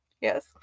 Yes